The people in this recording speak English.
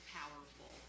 powerful